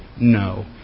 no